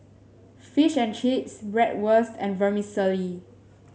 Fish and Chips Bratwurst and Vermicelli